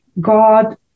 God